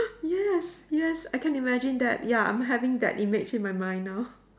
yes yes I can imagine that ya I'm having that image in my mind now